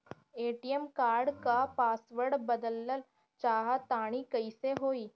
ATM card क password बदलल चाहा तानि कइसे होई?